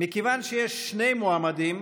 מכיוון שיש שני מועמדים,